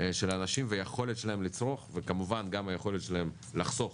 של האנשים והיכולת שלהם לצרוך וכמובן גם היכולת שלהם לחסוך,